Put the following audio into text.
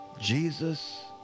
Jesus